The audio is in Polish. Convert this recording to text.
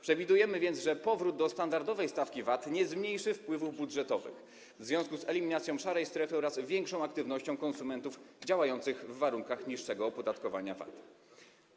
Przewidujemy więc, że powrót do standardowej stawki VAT nie zmniejszy wpływów budżetowych w związku z eliminacją szarej strefy oraz większą aktywnością konsumentów działających w warunkach niższego opodatkowania VAT-em.